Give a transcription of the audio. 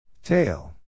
Tail